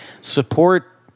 support